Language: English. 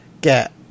get